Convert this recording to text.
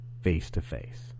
face-to-face